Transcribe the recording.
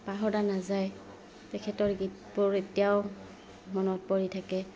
পাহৰা নাযায় তেখেতৰ গীতবোৰ এতিয়াও মনত পৰি থাকে